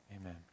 Amen